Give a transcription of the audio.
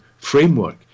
framework